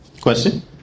Question